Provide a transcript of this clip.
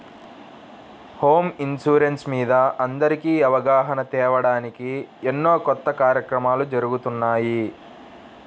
home insurance మీద అందరికీ అవగాహన తేవడానికి ఎన్నో కొత్త కార్యక్రమాలు జరుగుతున్నాయి